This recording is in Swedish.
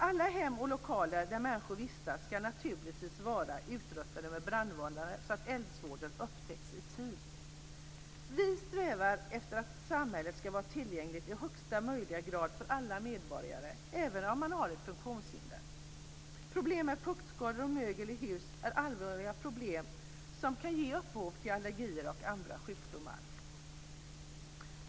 Alla hem och lokaler där människor vistas ska naturligtvis vara utrustade med brandvarnare så att eldsvådor upptäcks i tid. Vi strävar efter att samhället ska vara tillgängligt i högsta möjliga grad för alla medborgare, även om man har ett funktionshinder. Problem med fuktskador och mögel i hus är allvarliga problem som kan ge upphov till allergier och andra sjukdomar.